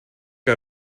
que